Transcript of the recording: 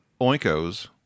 oinkos